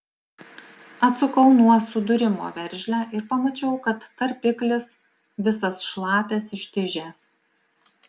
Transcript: atsukau nuo sudūrimo veržlę ir pamačiau kad tarpiklis visas šlapias ištižęs